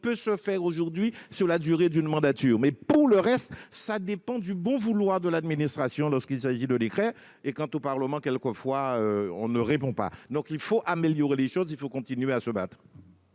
puisse se dérouler sur la durée d'une mandature. Pour le reste, nous dépendons du bon vouloir de l'administration lorsqu'il s'agit de décrets. Quant au Parlement, quelquefois il ne répond pas. Il faut améliorer les choses et continuer à se battre.